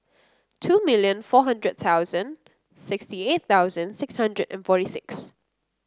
two million four hundred thousand sixty eight thousand six hundred and forty six